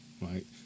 right